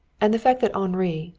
and the fact that henri,